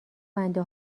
بنده